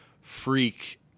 freak